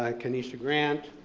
like keneshia grant,